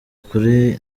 kuri